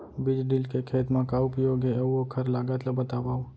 बीज ड्रिल के खेत मा का उपयोग हे, अऊ ओखर लागत ला बतावव?